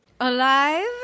Alive